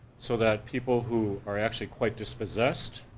so that people who are actually quite dispossessed,